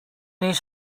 his